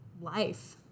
life